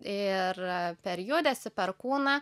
ir per judesį per kūną